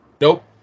Nope